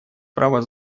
право